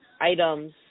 items